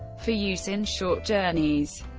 for use in short journeys.